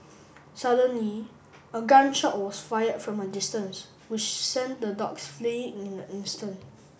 suddenly a gun shot was fired from a distance which sent the dogs fleeing in an instant